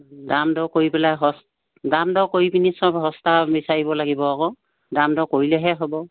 দাম দৰ কৰি পেলাই সচ দাম দৰ কৰি পিনি সব সস্তা বিচাৰিব লাগিব আকৌ দাম দৰ কৰিলেহে হ'ব